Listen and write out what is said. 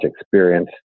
Experience